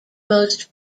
most